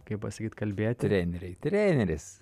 kaip pasakyt kalbėti treneriai treneris